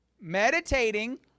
meditating